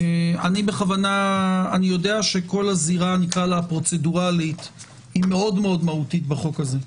אני יודע שכל הזירה הפרוצדורלית היא מאוד מהותית בחוק הזה,